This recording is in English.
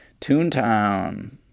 Toontown